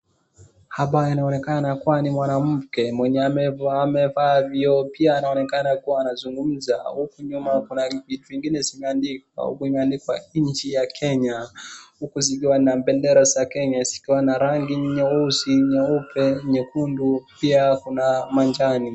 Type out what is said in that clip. Hapa inaonekana kuwa ni mwanamke mwenye amevaa vioo pia anaonekana kuwa anazungumza. Huku nyuma kuna vitu vingine zimeandikwa, huku imeandikwa nchi ya Kenya. Huku zikiwa na bendera za Kenya, zikiwa na rangi nyeusi, nyeupe, nyekundu pia kuna majani.